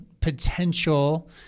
potential